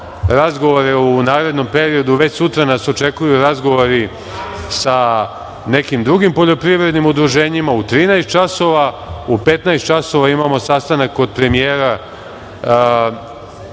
razgovore u narednom periodu. Već sutra nas očekuju razgovori sa nekim drugim poljoprivrednim udruženjima u 13 časova, u 15 časova imamo sastanak kod premijera